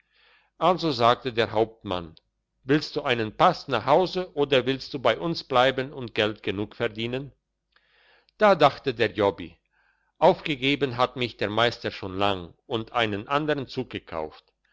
also sagte der hauptmann willst du einen pass nach haus oder willst du bei uns bleiben und geld genug verdienen da dachte der jobbi aufgegeben hat mich der meister schon lang und einen andern zug gekauft